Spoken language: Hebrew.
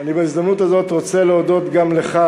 אני בהזדמנות הזאת רוצה להודות גם לך,